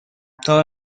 تاپ